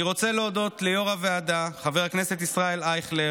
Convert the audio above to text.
אני רוצה להודות ליו"ר הוועדה חבר הכנסת ישראל אייכלר,